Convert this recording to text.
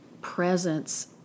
presence